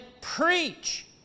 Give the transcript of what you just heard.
preach